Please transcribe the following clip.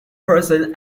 person